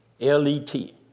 L-E-T